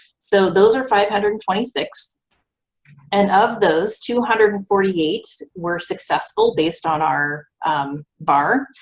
so those are five hundred and twenty six and of those, two hundred and forty eight were successful based on our bar,